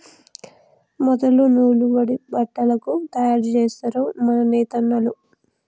మొదలు నూలు వడికి బట్టలు తయారు జేస్తరు మన నేతన్నలు